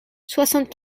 soixante